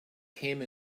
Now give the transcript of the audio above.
came